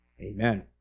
Amen